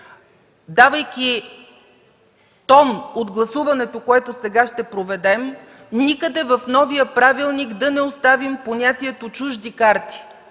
давайки тон от гласуването, което сега ще проведем, никъде в новия правилник да не оставим понятието „чужди карти”.